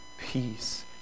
peace